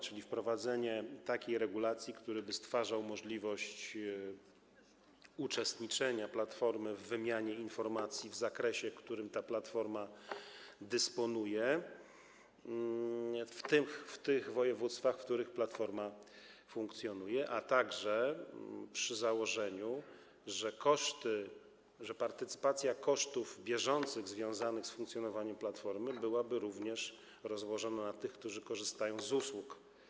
Chodzi o wprowadzenie takiej regulacji, która by stwarzała możliwość uczestniczenia platformy w wymianie informacji w zakresie, którym ta platforma dysponuje, w tych województwach, w których platforma funkcjonuje, przy założeniu, że partycypacja w kosztach bieżących związanych z funkcjonowaniem platformy byłaby rozłożona na tych, którzy korzystają z jej usług.